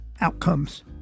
outcomes